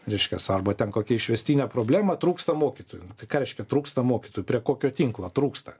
reiškias arba ten kokia išvestinė problema trūksta mokytojų ką reiškia trūksta mokytų prie kokio tinklo trūksta